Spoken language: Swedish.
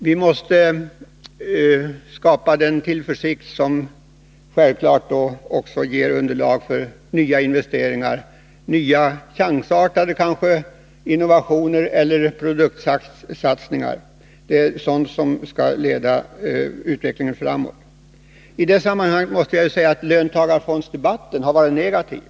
Vi måste skapa den tillförsikt som självfallet också ger underlag för nya investeringar, innovationer — kanske chansartade — eller produktsatsningar, som kan leda utvecklingen framåt. I detta sammanhang måste jag säga att löntagarfondsdebatten har varit negativ.